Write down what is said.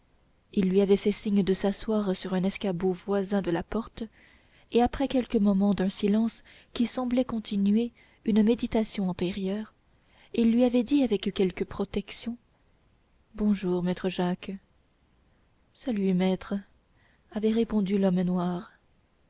il lui avait fait signe de s'asseoir sur un escabeau voisin de la porte et après quelques moments d'un silence qui semblait continuer une méditation antérieure il lui avait dit avec quelque protection bonjour maître jacques salut maître avait répondu l'homme noir